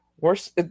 worse